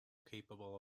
capable